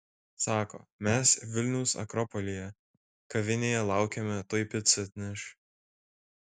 sako mes vilniaus akropolyje kavinėje laukiame tuoj picą atneš